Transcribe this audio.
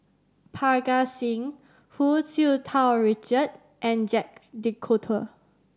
Parga Singh Hu Tsu Tau Richard and Jacques De Coutre